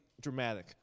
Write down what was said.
dramatic